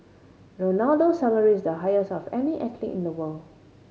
Ronaldo's salary is the highest of any athlete in the world